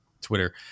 Twitter